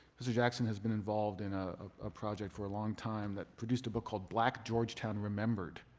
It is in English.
mr. jackson has been involved in ah a project for a long time that produced a book called black georgetown remembered.